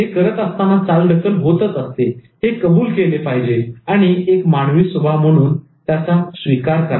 हे करत असताना चालढकल होतच असते हे कबूल केले पाहिजे आणि एक मानवी स्वभाव म्हणून याचा स्वीकार करा